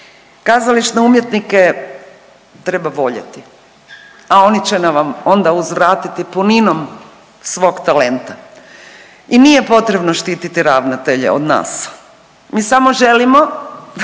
Kazališne umjetnike treba voljeti, a oni će vam onda uzvratiti puninom svog talenta i nije potrebno štititi ravnatelje od nas. Mi samo želimo